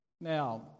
Now